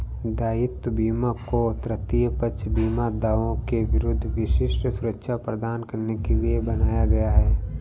दायित्व बीमा को तृतीय पक्ष बीमा दावों के विरुद्ध विशिष्ट सुरक्षा प्रदान करने के लिए बनाया गया है